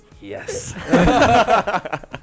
yes